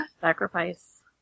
Sacrifice